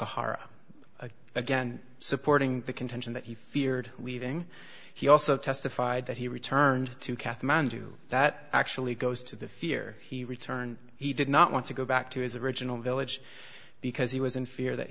t again supporting the contention that he feared leaving he also testified that he returned to kathmandu that actually goes to the fear he returned he did not want to go back to his original village because he was in fear that